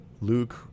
Luke